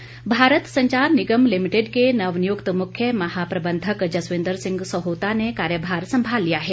BSNL Bharat Sanchar Nigam limited के नवनियुक्त मुख्य महाप्रबंधन जसविंद्र सिंह सहोता ने कार्यभार संभाल लिया है